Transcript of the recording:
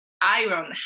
iron